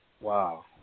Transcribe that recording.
Wow